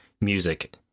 music